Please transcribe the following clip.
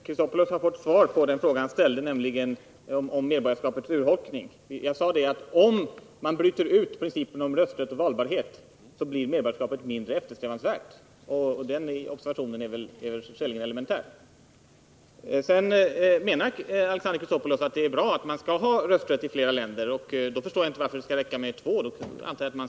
Fru talman! Alexander Chrisopoulos har redan fått svar på den fråga han ställde, nämligen om medborgarskapets urholkning. Jag sade att om man bryter ut principen om rösträtt och valbarhet så blir medborgarskapet mindre eftersträvanvärt. Den observationen är väl skäligen elementär. Sedan menar Alexander Chrisopoulos att det är bra att ha rösträtt i flera länder. Varför bara två?